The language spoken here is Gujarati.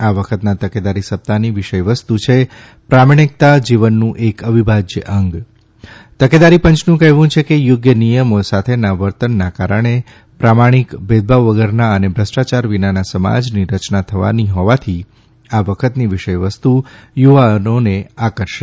આ વખતના તકેદારી સપ્તાહની વિષયવસ્તુ છે પ્રામાણિકતા જીવનનું એક અવિભાજ્ય અંગ તકેદારી પંચનું કહેવું છે કે યોગ્ય નિયમો સાથેના વર્તનના કારણે પ્રામાણિક ભેદભાવ વગરના અને ભ્રષ્ટાચાર વિનાના સમાજની રચના થવાની હોવાથી આ વખતની વિષય વસ્તુ યુવાઓને આકર્ષશે